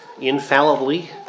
infallibly